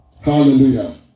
Hallelujah